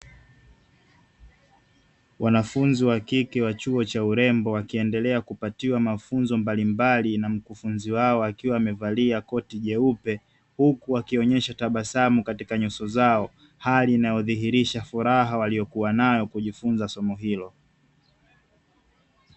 Wanafunzi wa kike wa chuo cha urembo, wakiendelea kupatiwa mafunzo mbalimbali na mkufunzi wao akiwa amevalia koti jeupe, huku wakionyesha tabasamu katika nyuso zao hali inayodhihirisha furaha waliyonayo kujifunza somo hilo.